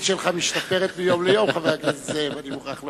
יש לציין שאם יוספו מלים כאמור על השטרות זה יביא הרבה כבוד